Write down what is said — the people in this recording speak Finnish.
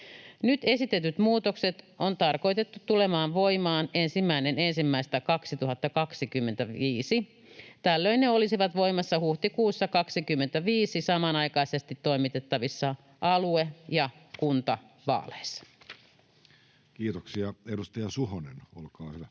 Nyt esitetyt muutokset on tarkoitettu tulemaan voimaan 1.1.2025. Tällöin ne olisivat voimassa huhtikuussa 25 samanaikaisesti toimitettavissa alue- ja kuntavaaleissa. [Speech 92] Speaker: